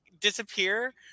disappear